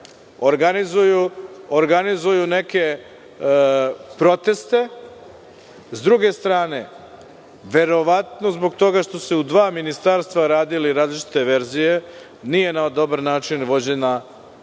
organizuju neke proteste.S druge strane, verovatno zbog toga što su u dva ministarstva radili različite verzije. Nije na dobar način vođena i